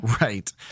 right